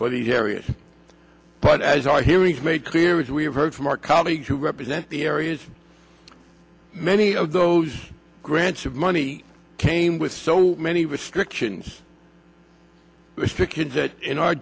for the harriet but as our hearings make clear is we have heard from our colleagues who represent the areas many of those grants of money came with so many restrictions to kids that in our